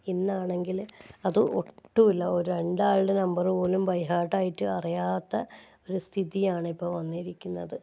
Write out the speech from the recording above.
ഇന്നാണെങ്കിൽ അത് ഒട്ടുമില്ല രണ്ടാളുടെ നമ്പർ പോലും ബൈ ഹാർട്ട് ആയിട്ട് അറിയാത്ത ഒരു സ്ഥിതിയാണ് ഇപ്പോൾ വന്നിരിക്കുന്നത്